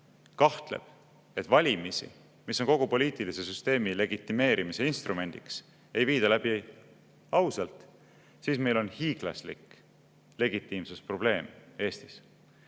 kahtleb, et valimisi, mis on kogu poliitilise süsteemi legitimeerimise instrumendiks, ei viida läbi ausalt, siis meil on hiiglaslik legitiimsusprobleem Eestis.